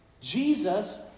Jesus